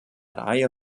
reihe